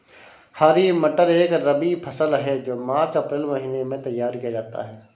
हरी मटर एक रबी फसल है जो मार्च अप्रैल महिने में तैयार किया जाता है